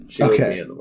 okay